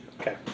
Okay